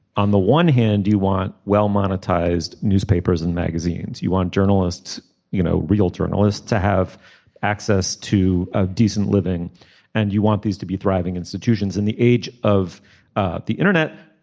on the one hand you want well monetized newspapers and magazines. you want journalists you know real journalists to have access to a decent living and you want these to be thriving institutions in the age of ah the internet.